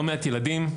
ולא מעט ילדים.